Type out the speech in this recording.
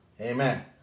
Amen